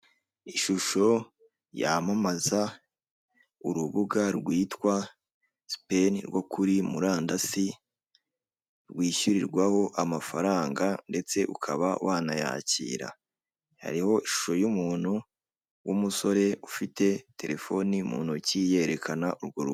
Ishusho yamamaza urubuga rwitwa spenn rwo kuri murandasi, rwishyurirwaho amafaranga ndetse ukaba wanayakira, hariho ishusho y'umuntu w'umusore ufite telefoni mu ntoki yerekana urwo rubuga.